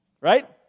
right